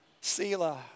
Selah